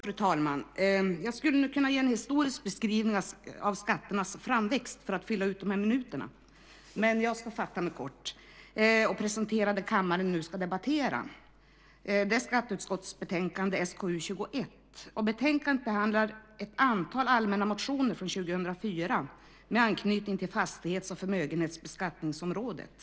Fru talman! Jag skulle nog kunna göra en historieskrivning av skatternas framväxt för att fylla ut dessa minuter, men jag ska fatta mig kort och presentera det kammaren nu ska debattera. Det är skatteutskottets betänkande SkU21. Betänkandet behandlar ett antal allmänna motioner från 2004 med anknytning till fastighets och förmögenhetsbeskattningsområdet.